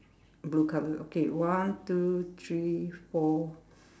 blue colour okay one two three four